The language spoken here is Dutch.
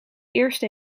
eerst